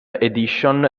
edition